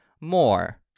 more